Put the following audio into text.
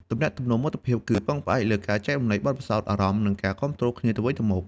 ទំនាក់ទំនងមិត្តភាពគឺពឹងផ្អែកលើការចែករំលែកបទពិសោធន៍ អារម្មណ៍ និងការគាំទ្រគ្នាទៅវិញទៅមក។